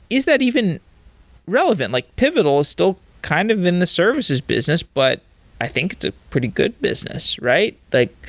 is that even relevant? like pivotal is still kind of in the services business, but it's i think, it's a pretty good business, right? like